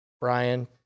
Brian